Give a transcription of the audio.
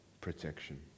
protection